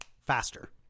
faster